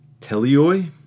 teleoi